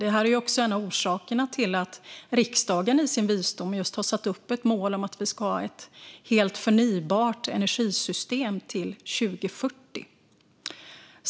Detta är också en av anledningarna till att riksdagen i sin visdom har satt upp ett mål om att vi ska ha ett helt förnybart energisystem till 2040.